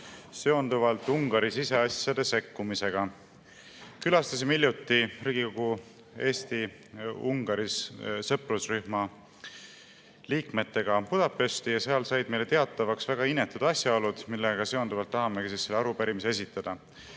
seonduvalt Ungari siseasjadesse sekkumisega. Külastasime hiljuti Riigikogu Eesti-Ungari sõprusrühma liikmetega Budapesti ja seal said meile teatavaks väga inetud asjaolud, millega seonduvalt tahamegi selle arupärimise esitada.